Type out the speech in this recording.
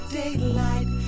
daylight